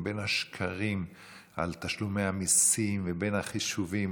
בין בשקרים על תשלומי המיסים ובין בחישובים,